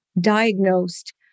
diagnosed